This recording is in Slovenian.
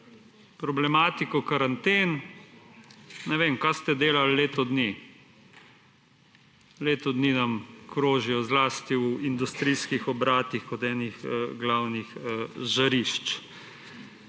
problematiko karanten. Ne vem, kaj ste delali leto dni. Leto dni nam krožijo, zlasti v industrijskih obratih kot eni glavnih žarišč.